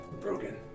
Broken